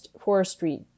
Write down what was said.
forestry